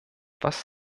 was